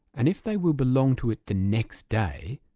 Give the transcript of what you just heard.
and if they will belong to it the next day,